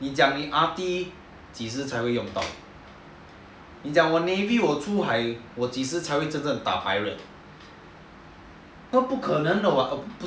你讲你 army 几时才会用到你讲我 navy 我出海我即使才会真正打 pirate 都不可能的 [what]